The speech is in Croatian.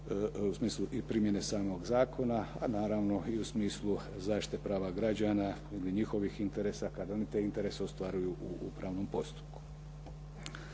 u smislu i primjene samog zakona, a naravno i u smislu zaštite prava građana ili njihovih interesa kad oni te interese ostvaruju u upravnom postupku.